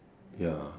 ya